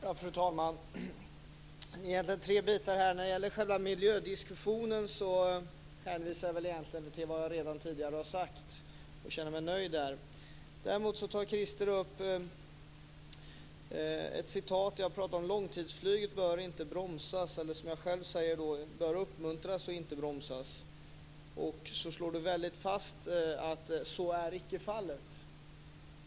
Fru talman! Det är egentligen tre bitar jag vill ta upp. När det gäller själva miljödiskussionen hänvisar jag till det jag redan tidigare har sagt och känner mig nöjd med det. Däremot försöker Krister Örnfjäder citera att långtidsflyget "bör inte bromsas", eller som jag själv säger "bör uppmuntras och inte bromsas". Han slår hårt fast att så icke är fallet.